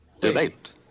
debate